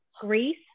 Greece